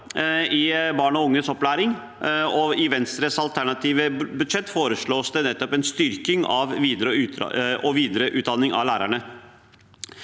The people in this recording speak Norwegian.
i barn og unges opplæring, og i Venstres alternative budsjett foreslås det nettopp en styrking av videreutdanning av lærerne.